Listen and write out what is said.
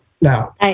Now